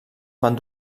van